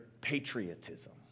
patriotism